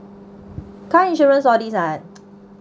car insurance all these ah